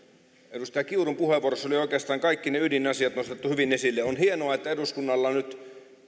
edustaja kiurun puheenvuorossa oli oikeastaan kaikki ne ydinasiat nostettu hyvin esille on hienoa että eduskunnalla on nyt